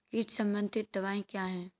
कीट संबंधित दवाएँ क्या हैं?